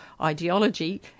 ideology